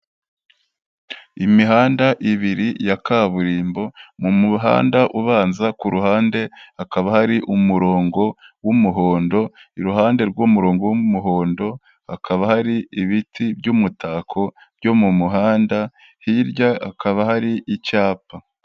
Imihanda ibiri ya kaburimbo, mu muhanda ubanza ku ruhande hakaba hari umurongo w'umuhondo iruhande rw'umurongo w'umuhondo, hakaba hari ibiti by'umutako byo mu muhanda, hirya hakaba hari icyapa.